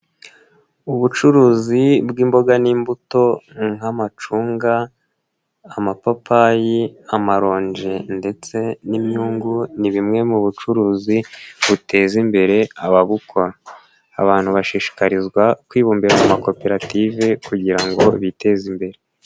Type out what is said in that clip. Ubucuruzi bw'imboga n'imbuto nk'amacunga, amapapayi, amaronje ndetse n'inyungu ni bimwe mu bucuruzi buteza imbere ababukora, abantu bashishikarizwa kwibumbira mu makoperative kugira ngo biteze imbere.